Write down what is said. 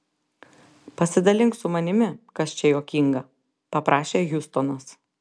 pasidalink su manimi kas čia juokinga paprašė hjustonas